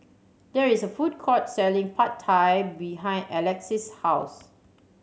there is a food court selling Pad Thai behind Alexis' house